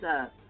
up